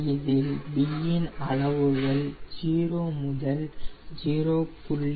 இதில் b இன் அளவுகள் 0 முதல் 0